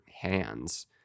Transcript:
hands